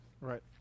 right